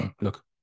look